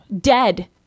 Dead